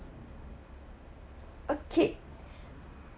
okay